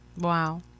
wow